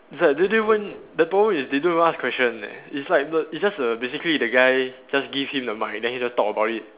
it's like they didn't even the problem is they don't even ask questions leh it's like the it's just a basically the guy just give him the mic then he just talk about it